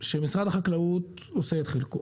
שמשרד החקלאות עושה את חלקו